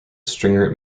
stringer